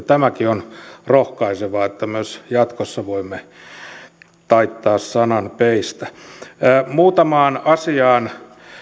tämäkin on rohkaisevaa että myös jatkossa voimme taittaa sanan peistä muutamaan asiaan